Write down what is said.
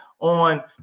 on